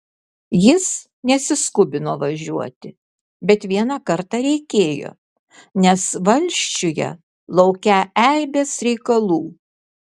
jis nesiskubino važiuoti bet vieną kartą reikėjo nes valsčiuje laukią eibės reikalų